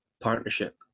partnership